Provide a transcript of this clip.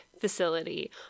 facility